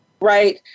right